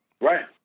Right